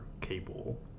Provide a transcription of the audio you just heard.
cable